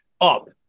up